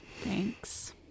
thanks